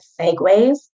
segues